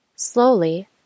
Slowly